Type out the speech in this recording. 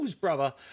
brother